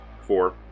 Four